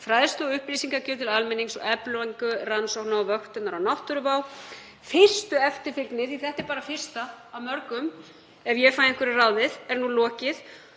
fræðslu og upplýsingagjöf til almennings og eflingu rannsókna og vöktunar á náttúruvá. Fyrstu eftirfylgni, því að þetta er bara fyrsta af mörgum ef ég fæ einhverju ráðið, er nú lokið.